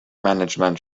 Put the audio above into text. management